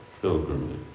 pilgrimage